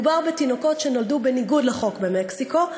מדובר בתינוקות שנולדו בניגוד לחוק במקסיקו,